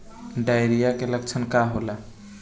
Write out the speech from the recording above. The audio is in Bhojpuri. डायरिया के लक्षण का होला?